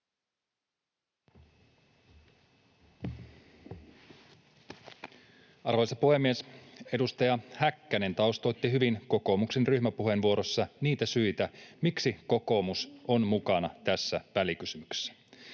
Arvoisa puhemies! Edustaja Häkkänen taustoitti hyvin kokoomuksen ryhmäpuheenvuorossa niitä syitä, miksi kokoomus on mukana tässä välikysymyksessä.